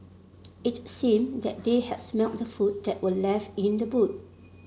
it seemed that they had smelt the food that were left in the boot